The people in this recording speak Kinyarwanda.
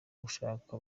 gushaka